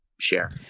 share